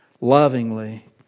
lovingly